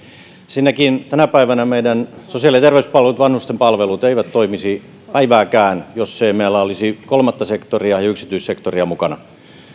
ensinnäkin tänä päivänä meidän sosiaali ja terveyspalvelut ja vanhustenpalvelut eivät toimisi päivääkään jos ei meillä olisi kolmatta sektoria ja yksityissektoria mukana